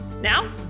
Now